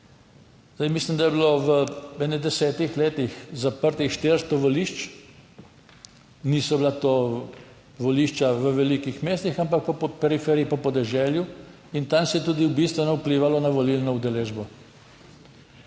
Mislim, da je bilo v enih desetih letih zaprtih 400 volišč. Niso bila to volišča v velikih mestih, ampak po periferiji, po podeželju in tam se je tudi bistveno vplivalo na volilno udeležbo.